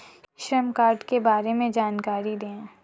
श्रम कार्ड के बारे में जानकारी दें?